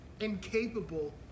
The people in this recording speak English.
incapable